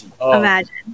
Imagine